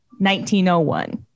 1901